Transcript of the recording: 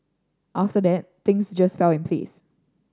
after that things just fell in place